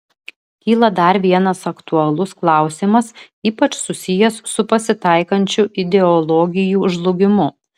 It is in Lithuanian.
kyla dar vienas aktualus klausimas ypač susijęs su pasitaikančiu ideologijų žlugimu